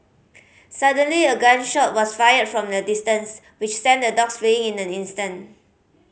suddenly a gun shot was fired from a distance which sent the dogs fleeing in an instant